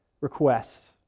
requests